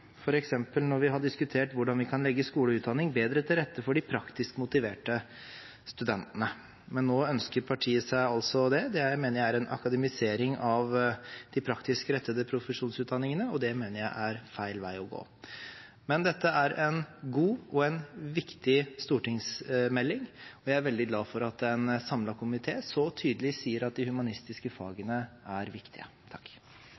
f.eks. når vi har diskutert hvordan vi kan legge skole og utdanning bedre til rette for de praktisk motiverte studentene, men nå ønsker altså partiet seg det. Det mener jeg er en akademisering av de praktisk rettede profesjonsutdanningene, og det mener jeg er feil vei å gå. Men dette er en god og viktig stortingsmelding, og jeg er veldig glad for at en samlet komité så tydelig sier at de humanistiske